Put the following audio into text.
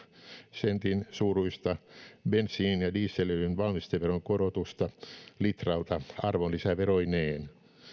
sentin suuruista bensiinin ja dieselöljyn valmisteveron korotusta litralta arvonlisäveroineen